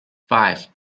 five